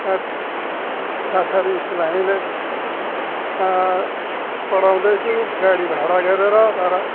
र सरकारी स्कुल हामीले पढाउँदैछु गाडी भाडा गरेर तर